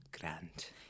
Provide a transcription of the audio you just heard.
Grant